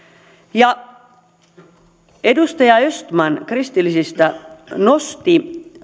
edustaja östman kristillisistä nosti